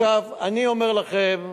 אני אומר לכם,